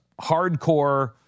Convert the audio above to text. hardcore